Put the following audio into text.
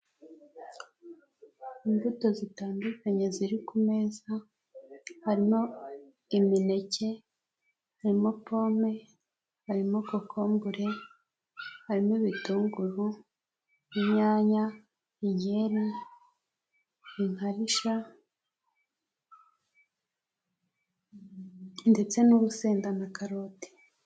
Imbuto zitandukanye ziri kumeza, harimo imineke, haririmo pome, harimo kokombure, harimo ibitunguru, imyanya, inkeri, inkarishya ndetse n'urusenda na karoti.